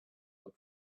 but